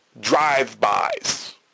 drive-bys